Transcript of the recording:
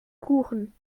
kuchen